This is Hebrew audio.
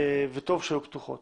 וטוב שהיו פתוחות.